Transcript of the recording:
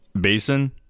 Basin